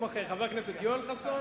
חבר הכנסת יואל חסון